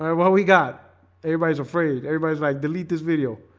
right. well, we got everybody's afraid everybody's like delete this video